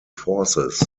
forces